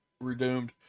redeemed